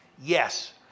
Yes